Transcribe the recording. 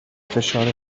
فشار